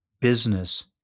business